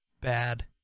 bad